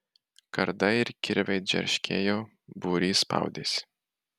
kardai ir kirviai džerškėjo būrys spaudėsi